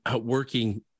working